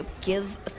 give